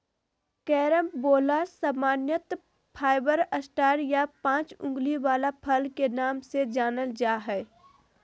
carambola सामान्यत five star या पाँच उंगली वला फल के नाम से जानल जा हय